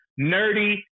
nerdy